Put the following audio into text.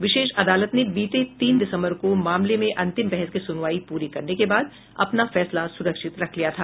विशेष अदालत ने बीते तीन दिसंबर को मामले में अंतिम बहस की सुनवाई प्ररी करने के बाद अपना फैसला सुरक्षित रख लिया था